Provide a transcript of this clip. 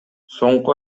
соңку